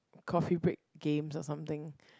coffee break games or something